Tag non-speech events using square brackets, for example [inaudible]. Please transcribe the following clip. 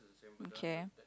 [noise] okay